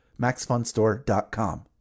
MaxFunStore.com